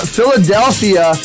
Philadelphia